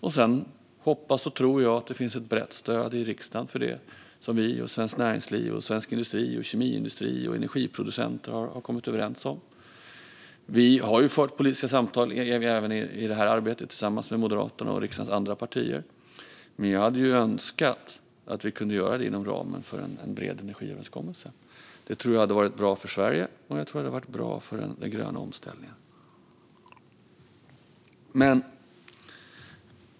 Jag hoppas och tror att det finns ett brett stöd i riksdagen för det som vi, svenskt näringsliv, svensk industri, kemiindustri och energiproducenter har kommit överens om. Vi har fört politiska samtal även i det här arbetet tillsammans med Moderaterna och riksdagens övriga partier. Vi hade ju önskat att vi kunde göra det inom ramen för en bred energiöverenskommelse. Det tror jag hade varit bra för Sverige och för den gröna omställningen.